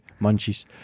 Munchies